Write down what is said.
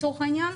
לצורך העניין,